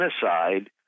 genocide